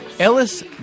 Ellis